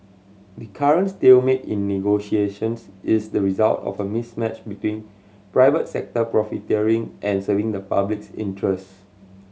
the current stalemate in negotiations is the result of a mismatch between private sector profiteering and serving the public's interest